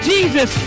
Jesus